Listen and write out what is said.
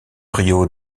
rio